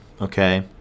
okay